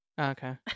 okay